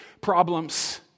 problems